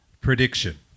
prediction